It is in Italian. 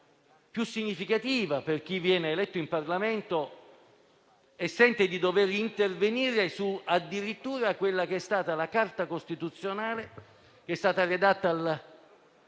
più significativa per chi viene eletto in Parlamento e sente di dover intervenire addirittura sulla Carta costituzionale, che è stata redatta alla